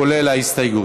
כולל ההסתייגות.